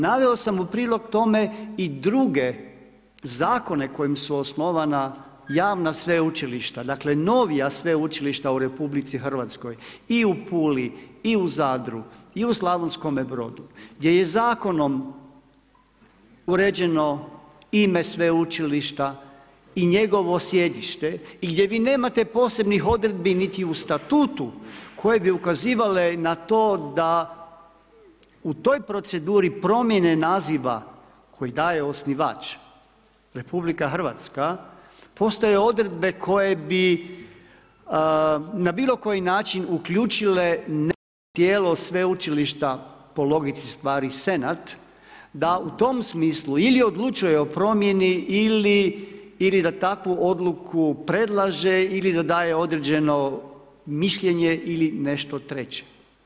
Naveo sam u prilog tome i druge zakone kojim su osnovana javna sveučilišta, dakle, novija sveučilišta u RH i u Puli i u Zadru i u Slavonskom Brodu gdje je zakonom uređeno ime sveučilišta i njegovo sjedište i gdje vi nemate posebnih odredbi niti u statutu koje bi ukazivale na to da u toj proceduri promjene naziva koji daje osnivač RH postoje odredbe koje bi na bilo koji način uključile neko tijelo sveučilišta, po logici stvari Senat, da u tom smislu ili odlučuje o promjeni ili da takvu odluku predlaže ili da daje određeno mišljenje ili nešto treće.